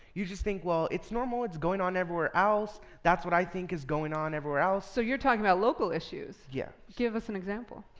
you just think, well, it's normal. it's going on everywhere else. that's what i think is going on everywhere else. so you're talking about local issues. yeah. give us an example.